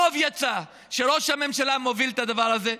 טוב יצא שראש הממשלה מוביל את הדבר הזה.